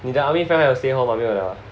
你的 army friend 还有 stay hall 没有呀